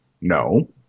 No